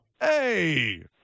hey